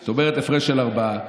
זאת אומרת הפרש של ארבעה.